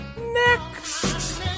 next